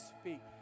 speak